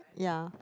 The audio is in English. ya